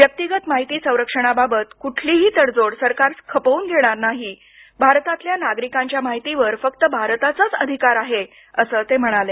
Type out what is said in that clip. व्यक्तिगत माहिती संरक्षणाबाबत कुठलीही तडजोड सरकार खपवून घेणार नाही भारतातल्या नागरिकांच्या माहितीवर फक्त भारताचाच अधिकार आहे असं ते म्हणाले